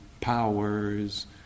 powers